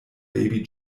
baby